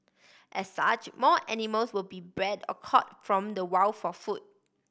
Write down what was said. as such more animals will be bred or caught from the wild for food